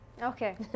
okay